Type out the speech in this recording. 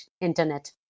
internet